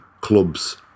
clubs